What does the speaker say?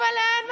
אבל אין מספיק,